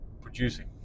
producing